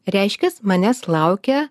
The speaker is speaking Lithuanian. reiškias manęs laukia